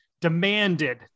demanded